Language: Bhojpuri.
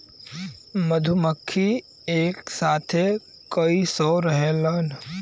मधुमक्खी एक साथे कई सौ रहेलन